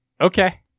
Okay